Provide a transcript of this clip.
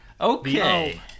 Okay